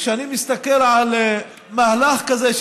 כשאני מסתכל על מהלך כזה,